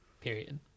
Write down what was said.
Period